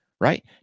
right